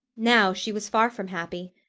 now she was far from happy.